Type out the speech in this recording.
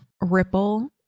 Ripple